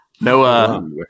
no